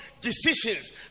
decisions